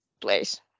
place